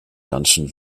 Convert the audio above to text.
ganzen